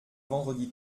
vendredi